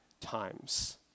times